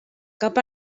cap